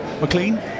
McLean